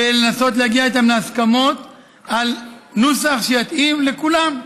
ולנסות להגיע איתם להסכמות על נוסח שיתאים לכולם.